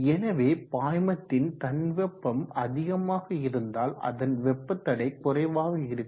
எனவே பாய்மத்தின் தன் வெப்பம் அதிகமாக இருந்தால் அதன் வெப்ப தடை குறைவாக இருக்கும்